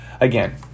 again